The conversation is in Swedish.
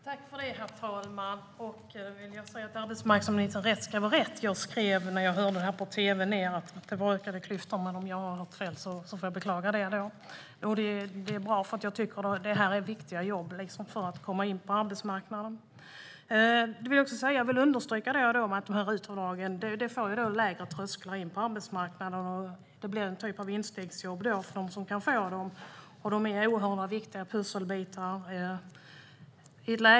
Herr talman! Jag vill säga till arbetsmarknadsministern att rätt ska vara rätt. Jag hörde ökade klyftor på tv:n och skrev ned det. Men om jag har hört fel beklagar jag det. Det är bra. Det handlar om viktiga jobb för att man ska komma in på arbetsmarknaden. Jag vill understryka att RUT-avdraget innebär lägre trösklar in på arbetsmarknaden. De blir en sorts instegsjobb som är oerhört viktiga pusselbitar.